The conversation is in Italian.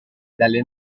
dalle